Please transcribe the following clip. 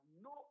no